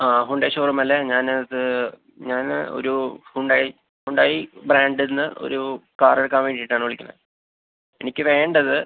ആ ഹുണ്ടായ് ഷോറൂമല്ലേ ഞാനിത് ഞാൻ ഒരു ഹുണ്ടായ് ഹുണ്ടായ് ബ്രാൻഡിൽനിന്നു ഒരു കാറെടുക്കാൻ വേണ്ടീട്ടാണ് വിളിക്കുന്നത് എനിക്ക് വേണ്ടത്